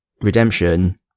Redemption